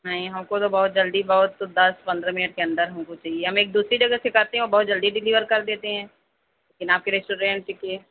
نہیں ہم کو تو بہت جلدی بہت دس پندرہ منٹ کے اندر ہم کو چاہیے ہم ایک دوسری جگہ سے کرتے ہیں وہ بہت جلدی ڈلیور کر دیتے ہیں لیکن آپ کی ریسٹورنٹ کے